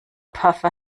pfaffe